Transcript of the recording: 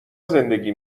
زندگی